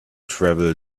travel